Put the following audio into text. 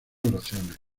oraciones